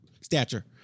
Stature